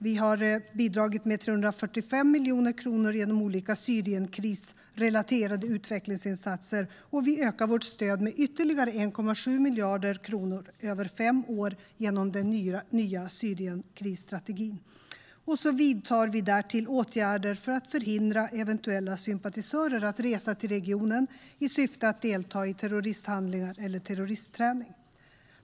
Vi har bidragit med 345 miljoner kronor genom olika Syrienkrisrelaterade utvecklingsinsatser. Vi ökar vårt stöd med ytterligare 1,7 miljarder kronor över fem år genom den nya Syrienkrisstrategin. Vi vidtar därtill åtgärder för att förhindra eventuella sympatisörer att resa till regionen i syfte att delta i terroristhandlingar eller terroristträning.